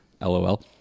LOL